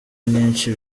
nyinshi